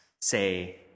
say